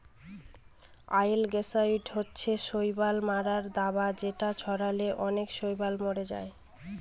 অয়েলগেসাইড হচ্ছে শৈবাল মারার দাবা যেটা ছড়ালে অনেক শৈবাল মরে যায়